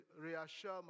reassure